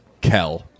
Kel